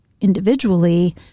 individually